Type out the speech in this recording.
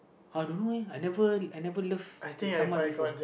I don't know leh I never I never loved that someone before